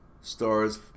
Star's